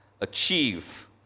achieve